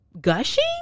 gushing